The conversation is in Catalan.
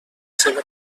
seva